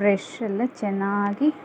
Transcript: ಬ್ರಷಲ್ಲೆ ಚೆನ್ನಾಗಿ